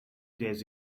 days